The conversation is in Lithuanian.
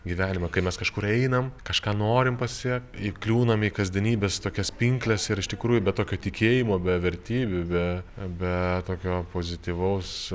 gyvenimą kai mes kažkur einam kažką norim pasiekt įkliūnam į kasdienybės tokias pinkles ir iš tikrųjų be tokio tikėjimo be vertybių be beee tokio pozityvaus